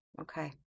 okay